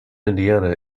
indiana